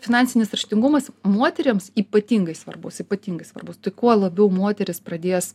tas vat finansinis raštingumas moterims ypatingai svarbus ypatingai svarbus tai kuo labiau moteris pradės